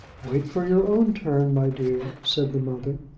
wait for your own turn, my dear, said the mother.